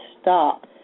stop